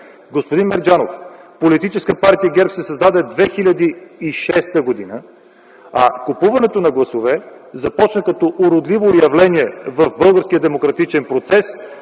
Господин Мерджанов, Политическа партия ГЕРБ се създаде 2006 г., а купуването на гласове започна като уродливо явление в българския демократичен процес